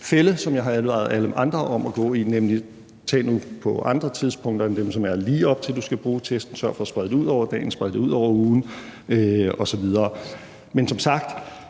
fælde, som jeg har advaret alle andre mod at gå i, nemlig at tage testen lige op til, at man skal bruge den, i stedet for at sørge for at sprede det ud over dagen og sprede det ud over ugen osv. Men som sagt